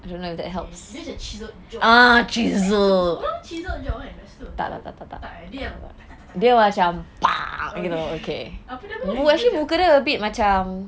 I didn't know that helps ah chiseled tak tak tak dia macam you know okay actually muka dia a bit macam